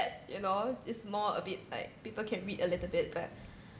you know it's more a bit like people can read a little bit but